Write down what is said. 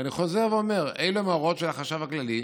ואני חוזר ואומר: אלה הן ההוראות של החשב הכללי.